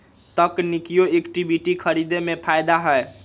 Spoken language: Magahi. तकनिकिये इक्विटी खरीदे में फायदा हए